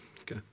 okay